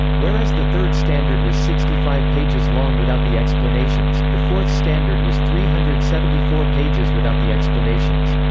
whereas the third standard was sixty five pages long without the explanations, the fourth standard was three hundred and seventy four pages without the explanations.